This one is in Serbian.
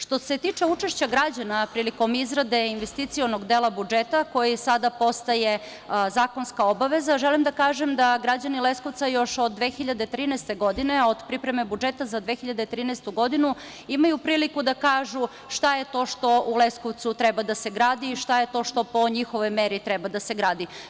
Što se tiče učešća građana prilikom izrade investicionog dela budžeta, koji sada postaje zakonska obaveza, želim da kažem da građani Leskovca još od 2013. godine, od pripreme budžeta za 2013. godinu, imaju priliku da kažu šta je to što u Leskovcu treba da se gradi i šta je to što po njihovoj meri treba da se gradi.